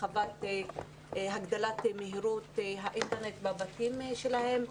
הגדלת מהירותה אינטרנט בבתים שלהם.